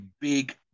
big